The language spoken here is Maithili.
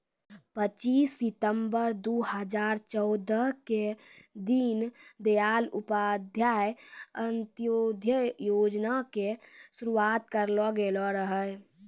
पच्चीस सितंबर दू हजार चौदह के दीन दयाल उपाध्याय अंत्योदय योजना के शुरुआत करलो गेलो रहै